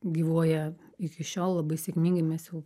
gyvuoja iki šiol labai sėkmingai mes jau